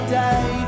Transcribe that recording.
day